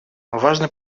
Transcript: важно